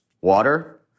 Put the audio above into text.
Water